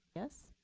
yes?